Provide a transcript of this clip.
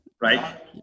right